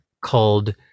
called